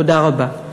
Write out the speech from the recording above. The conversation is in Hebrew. תודה רבה.